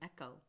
echo